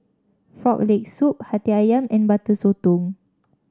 Frog Leg Soup hati ayam and Butter Sotong